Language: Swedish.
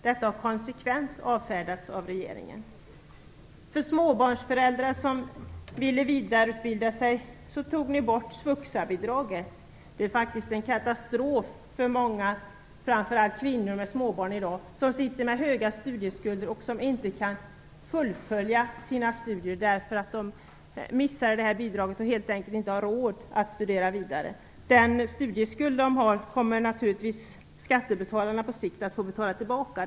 Detta har konsekvent avfärdats av regeringen. Från småbarnsföräldrar som ville vidareutbilda sig tog ni bort svuxa-bidraget. Det är faktiskt en katastrof för många, framför allt kvinnor med småbarn som sitter med stora studieskulder och som inte kan fullfölja sina studier därför att de missat detta bidrag och helt enkelt inte har råd att studera vidare. Den studieskuld de har kommer naturligtvis skattebetalarna på sikt att få betala tillbaka.